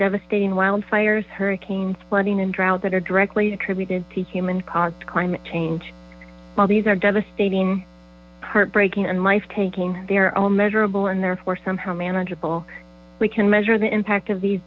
devastating wildfires hurricanes flooding and drought that are directly attributed to human caused climate change while these are devastating heartbreaking and life taking their own measurable and therefore somehow manageable we can measure the impact of these